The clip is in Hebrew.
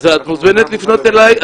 אז את מוזמנת לפנות אליי,